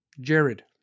Jared